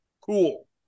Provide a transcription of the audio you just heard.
Cool